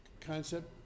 concept